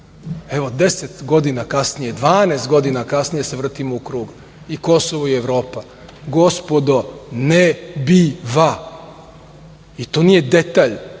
Evo, 10 godina kasnije, 12 godina kasnije se vrtimo ukrug, i Kosovo i Evropa. Gospodo, ne biva. To nije detalj,